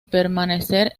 permanecer